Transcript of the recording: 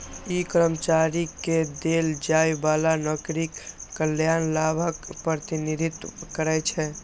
ई कर्मचारी कें देल जाइ बला नौकरीक कल्याण लाभक प्रतिनिधित्व करै छै